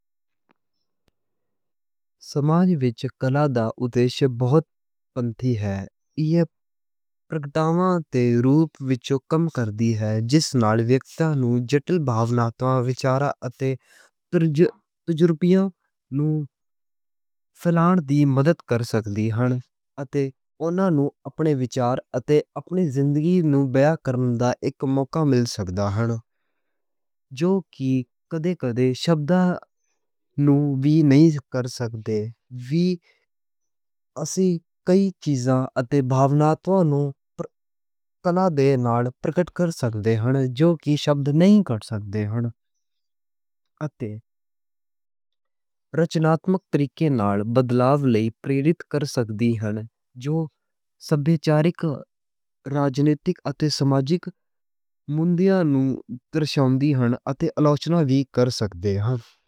سماج وِچ کلا دا اُدیش بہت بنتی ہے پرگٹاؤاں تے روپ وِچوں کم کردی ہے۔ جس نال ویکتی نوں جٹّل بھاوناتمک وچاراں اتے تجربیاں نوں پھیلانے دی مدد کر سکدی ہے۔ اتے اوہناں نوں اپنے وچار اتے اپنی زندگی نوں بیان کرن دا اک موقعہ مل سکدا ہے۔ جو کہ کدی کدی شبداں نوں وی نہیں کر سکدے۔ وی اسی کئی چیزاں اتے بھاوناتما نوں کلا دے نال پرگٹ کر سکدے ہن۔ جو کہ شبد نہیں کر سکدے ہن۔ اتے رچناتمک طریقے نال بدلاؤ لئی پریرِت کر سکدی ہے۔ جو سب وچارک، راجنیتک اتے سماجک معنیاں نوں چُنوَتی دیندی ہن۔ اتے آلوچنا وی کر سکدے ہن۔